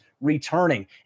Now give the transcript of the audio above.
returning